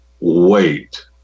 Wait